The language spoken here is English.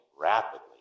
rapidly